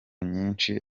nyinshi